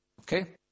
Okay